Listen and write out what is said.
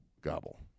gobble